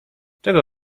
czego